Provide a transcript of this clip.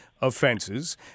offenses